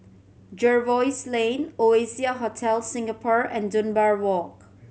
Jervois Lane Oasia Hotel Singapore and Dunbar Walk